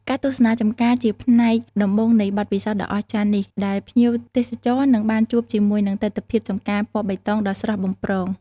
ការទស្សនាចម្ការ ជាផ្នែកដំបូងនៃបទពិសោធន៍ដ៏អស្ចារ្យនេះ ដែលភ្ញៀវទេសចរនឹងបានជួបជាមួយនឹងទិដ្ឋភាពចម្ការពណ៌បៃតងដ៏ស្រស់បំព្រង។